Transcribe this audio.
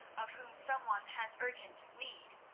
of whom someone has urgent need.